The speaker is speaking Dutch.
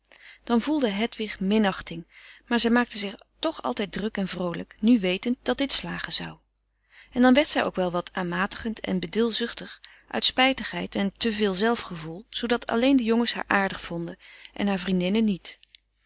dan voelde hedwig minachting maar zij maakte zich toch altijd druk en vroolijk nu wetend dat dit slagen zou en dan werd zij ook wel wat aanmatigend en bedilzuchtig uit spijtigheid en te veel zelf gevoel zoodat alleen de jongens haar aardig vonden en haar vriendinnen niet